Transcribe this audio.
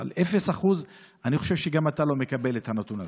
אבל 0% אני חושב שגם אתה לא מקבל את הנתון הזה.